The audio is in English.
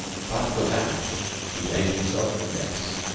but for that he blamed himself less.